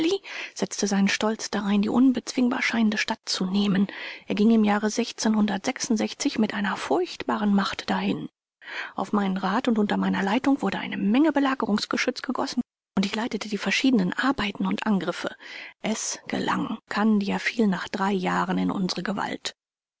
setzte seinen stolz darein die unbezwingbar scheinende stadt zu nehmen er ging im jahre mit einer furchtbaren macht dahin auf meinen rat und unter meiner leitung wurde eine menge belagerungsgeschütz gegossen und ich leitete die verschiedenen arbeiten und angriffe es gelang kandia fiel nach drei jahren in unsere gewalt